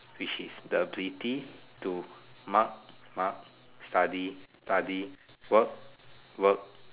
which is the ability to mug mug study study work work